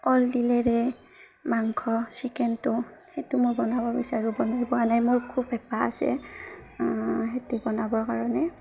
কলডিলেৰে মাংস চিকেনটো সেইটো মই বনাব বিচাৰোঁ বনাই পোৱা নাই মোৰ খুব হেঁপাহ আছে সেইটো বনাবৰ কাৰণে